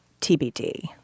tbd